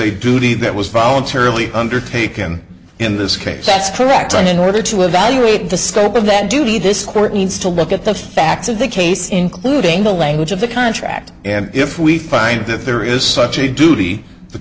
a duty that was voluntarily undertaken in this case that's correct and in order to evaluate the scope of that duty this court needs to look at the facts of the case including the language of the contract and if we find that there is such a duty t